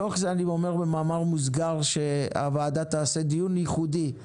בתוך זה אני אומר במאמר מוסגר שהוועדה תערוך דיון ייחודי על